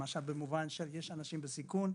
למשל אנשים בסיכון.